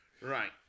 Right